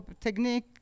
technique